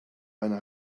eine